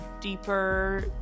deeper